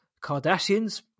Kardashians